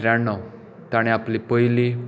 ब्याणव तांणे आपली पयली